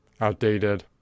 outdated